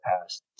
past